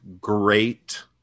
great